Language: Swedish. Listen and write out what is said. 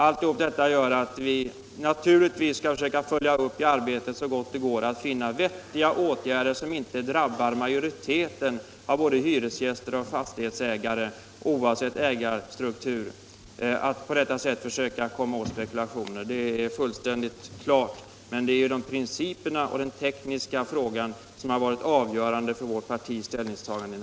Allt det gör att vi naturligtvis skall försöka följa upp arbetet så gott det går att finna vettiga åtgärder som inte drabbar majoriteten av både hyresgäster och fastighetsägare, oavsett ägarstruktur. Det är helt klart att vi vill komma åt spekulationen, men det är principerna och den tekniska frågan som har varit avgörande för vårt partis ställningstagande.